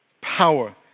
power